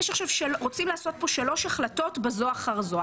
רוצים לעשות פה 3 החלטות בזו אחר זו.